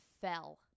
fell